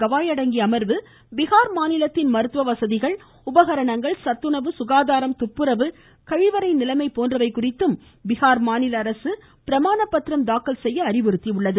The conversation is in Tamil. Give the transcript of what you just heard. கவாய் அடங்கிய அமர்வு பீகார் மாநிலத்தின் மருத்துவ வசதிகள் உபகரணங்கள் சத்துணவு சுகாதாரம் துப்புரவு கழிவறை நிலமை போன்றவை குறித்தும் அம்மாநில அரசு பிரமாணப்பத்திரம் தாக்கல் செய்யவும் அறிவுறுத்தியுள்ளது